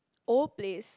old place